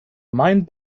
mein